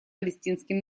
палестинским